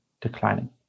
declining